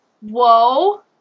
Whoa